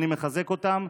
ואני מחזק אותם.